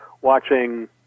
watching